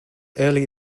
early